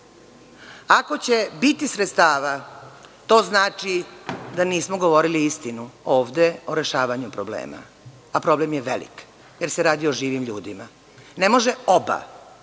Ako će biti sredstava, to znači da nismo govorili istinu ovde o rešavanju problema, a problem je velik, jer se radi o živim ljudima. Ne može